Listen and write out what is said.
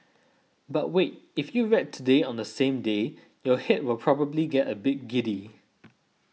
but wait if you read Today on the same day your head will probably get a bit giddy